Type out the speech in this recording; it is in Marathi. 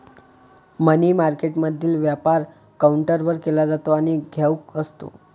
मनी मार्केटमधील व्यापार काउंटरवर केला जातो आणि घाऊक असतो